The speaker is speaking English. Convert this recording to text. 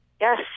Yes